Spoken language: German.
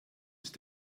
ist